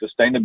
sustainability